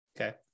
okay